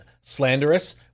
slanderous